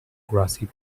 grassy